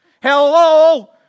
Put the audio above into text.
Hello